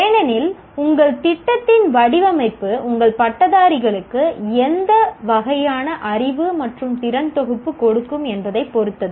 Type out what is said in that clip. ஏனெனில் உங்கள் திட்டத்தின் வடிவமைப்பு உங்கள் பட்டதாரிகளுக்கு எந்த வகையான அறிவு மற்றும் திறன்தொகுப்பு கொடுக்கும் என்பதைப் பொறுத்தது